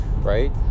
right